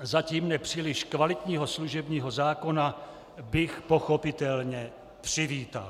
zatím nepříliš kvalitního služebního zákona bych pochopitelně přivítal.